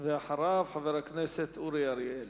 ואחריו, חבר הכנסת אורי אריאל.